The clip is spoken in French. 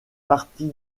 partie